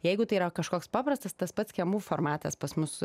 jeigu tai yra kažkoks paprastas tas pats kiemų formatas pas mus